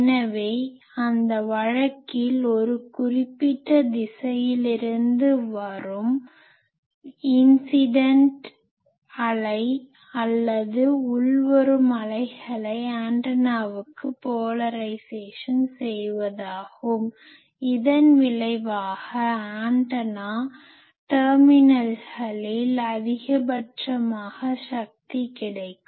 எனவே அந்த வழக்கில் ஒரு குறிப்பிட்ட திசையிலிருந்து வரும் இன்சிடன்ட் incident மேல் விழும் அலை அல்லது உள்வரும் அலைகளை ஆண்டனாவுக்கு போலரைஸேசன் செய்வதாகும் இதன் விளைவாக ஆண்டனா டெர்மினல்களில் terminal முனை அதிகபட்சமாக சக்தி கிடைக்கும்